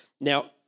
Now